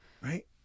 right